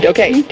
Okay